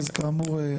כאמור,